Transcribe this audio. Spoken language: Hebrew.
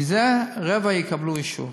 מזה רבע יקבלו אישור.